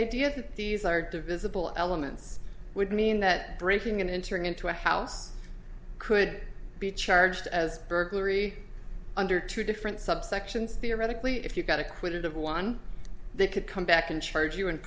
idea that these are divisible elements would mean that breaking and entering into a house could be charged as burglary under two different subsections theoretically if you got acquitted of one they could come back and charge you and